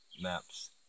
MAPS